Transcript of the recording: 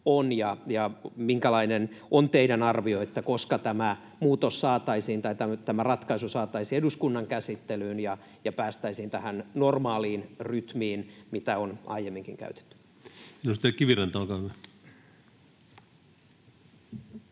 on, ja minkälainen on teidän arvionne siitä, koska tämä ratkaisu saataisiin eduskunnan käsittelyyn ja päästäisiin tähän normaaliin rytmiin, mitä on aiemminkin käytetty? [Speech 48] Speaker: